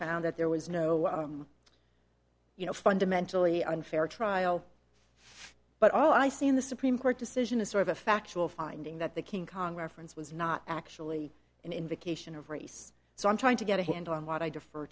found that there was no you know fundamentally unfair trial but all i see in the supreme court decision is sort of a factual finding that the king kong reference was not actually an invocation of race so i'm trying to get a handle on what i